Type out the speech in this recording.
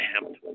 hemp